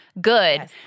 good